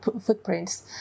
footprints